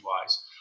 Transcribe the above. wise